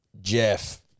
Jeff